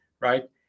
right